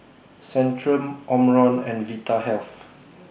Centrum Omron and Vitahealth